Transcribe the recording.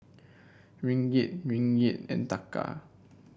Ringgit Ringgit and Taka